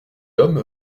homme